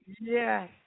Yes